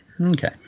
Okay